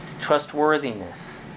Trustworthiness